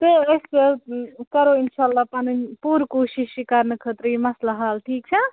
تہٕ أسۍ کَرو کَرو اِنشااللہ پَنٕنۍ پوٗرٕ کوٗشِش یہِ کَرنہٕ خٲطرٕ یہِ مَسلہٕ حال ٹھیٖک چھا